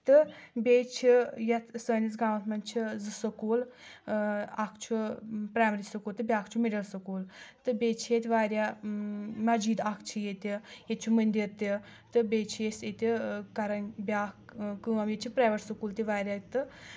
تہٕ بیٚیہِ چھِ یتھ سٲنِس گامس منٛز چھِ زٕ سکوٗل اکھ چھُ پرایمری سکوٗل تہٕ بیاکھ چھُ مِڈٕل سکوٗل تہٕ بیٚیہِ چھِ ییٚتہِ واریاہ مسجد اکھ چھِ ییٚتہِ ییٚتہِ چھُ مٔندر تہِ تہٕ بیٚیہِ چھِ أسۍ ییٚتہِ کران بیاکھ کٲم ییٚتہِ چھِ پرٛیویٹ سکوٗل تہِ واریاہ تہٕ